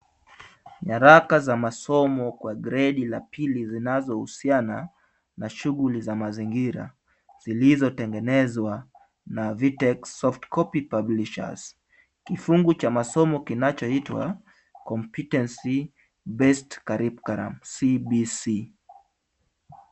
Nyaraka za masomo kwa gredi ya pili zinazohusiana na shughuli za mazingira, zilizotengenezwa na Vtext Softcopy Publishers. Kifungu cha masomo kinachoitwa Compitency Based Curriculum CBC.